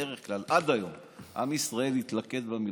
בדרך כלל עד היום עם ישראל התלכד במלחמה,